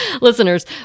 listeners